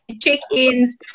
check-ins